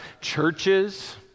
churches